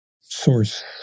source